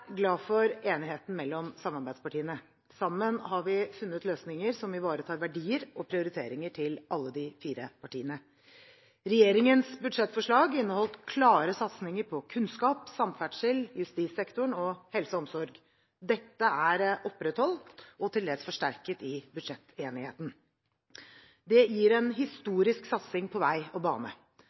glad for enigheten mellom samarbeidspartiene. Sammen har vi funnet løsninger som ivaretar verdier og prioriteringer til alle de fire partiene. Regjeringens budsjettforslag inneholdt klare satsinger på kunnskap, samferdsel, justissektoren og helse og omsorg. Dette er opprettholdt og til dels forsterket i budsjettenigheten. Det gir en historisk satsing på vei og bane.